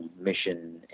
Mission